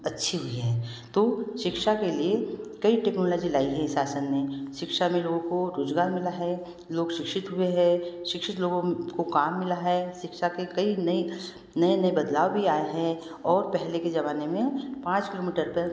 अच्छी है तो शिक्षा के लिए कई टेक्नोलॉजी लाई गई शासन में शिक्षा में लोगों को रोजगार मिला है लोग शिक्षित हुए हैं शिक्षित लोगों को काम मिला है शिक्षा के कई नई नए नए बदलाव भी आए है और पहले के जमाने पाँच किलोमीटर पर